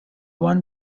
won